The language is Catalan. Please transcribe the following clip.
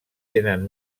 tenen